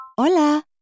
Hola